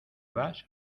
bach